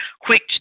quick